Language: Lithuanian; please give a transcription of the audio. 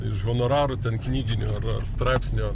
iš honorarų ten knyginių straipsnių